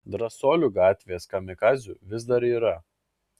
drąsuolių gatvės kamikadzių vis dar yra